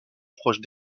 proche